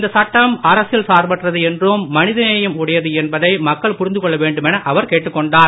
இந்தச் சட்டம் அரசியல் சார்பற்றது என்றும் மனிதநேயம் உடையது என்பதை மக்கள் புரிந்துகொள்ள வேண்டுமென அவர் கேட்டுக் கொண்டார்